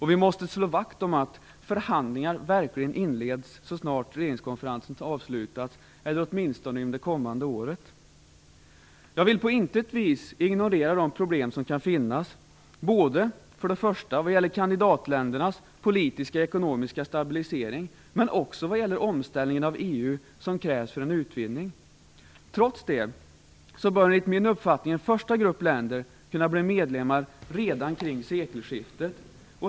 Vi måste slå vakt om att förhandlingar verkligen inleds så snart regeringskonferensen avslutats eller åtminstone under det kommande året. Jag vill på intet vis ignorera de problem som kan finnas, både vad gäller kandidatländernas politiska och ekonomiska stabilisering och den omställning av EU som krävs för en utvidgning. Trots detta bör en första grupp länder kunna bli medlemmar redan kring sekelskiftet.